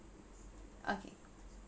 okay